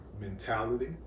mentality